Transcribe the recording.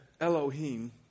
elohim